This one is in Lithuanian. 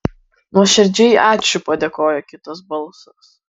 nuoširdžiai ačiū padėkojo kitas balsas